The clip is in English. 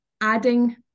adding